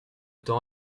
temps